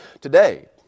today